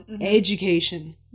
education